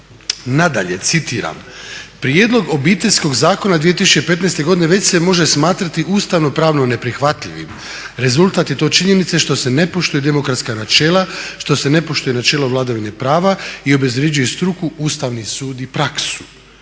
Nadalje, citiram: "Prijedlog Obiteljskog zakona 2015. godine već se može smatrati ustavno-pravno neprihvatljivim. Rezultat je to činjenice što se ne poštuju demokratska načela, što se ne poštuje načelo vladavine prava i obezvređuje struku, Ustavni sud i praksu.